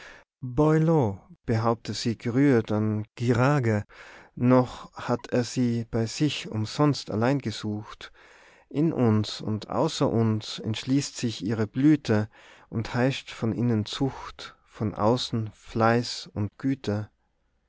behaupte sie gerührt an guillerague noch hat er sie bei sich umsonst allein gesucht in uns und außer uns entschließt sich ihre blüte und heischt von innen zucht von außen fleiß und güte